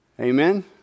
Amen